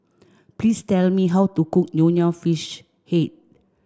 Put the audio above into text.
please tell me how to cook Nonya Fish Head